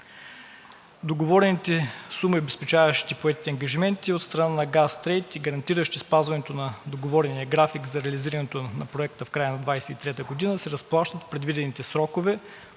Договорените суми, обезпечаващи поетите ангажименти от страна на „Газтрейд“ и гарантиращи спазването на договорения график за реализирането на Проекта в края на 2023 г., се разплащат в предвидените срокове.